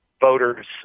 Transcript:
voters